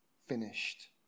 finished